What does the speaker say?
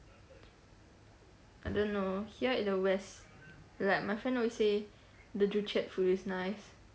I don't know here in the west like my friend always say the joo-chiat food is nice